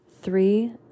Three